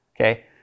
Okay